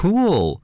Cool